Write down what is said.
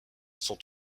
son